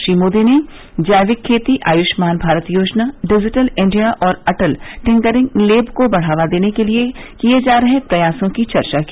श्री मोदी ने जैविक खेती आयुष्मान भारत योजना डिजिटल इंडिया और अटल टिंकरिंग लेब को बढ़ावा देने के लिए किये जा रहे प्रयासों की चर्चा की